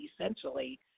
essentially